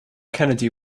kennedy